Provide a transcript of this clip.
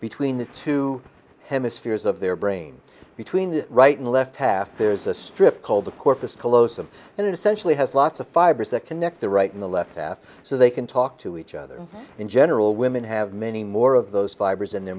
between the two hemispheres of their brain between the right and left half there's a strip called the corpus callosum and it essentially has lots of fibers that connect the right in the left half so they can talk to each other in general women have many more of those fibers and they're